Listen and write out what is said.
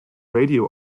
radio